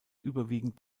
überwiegend